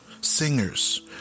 singers